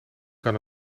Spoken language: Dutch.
kan